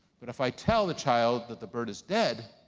but if i tell the child that the bird is dead,